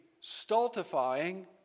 stultifying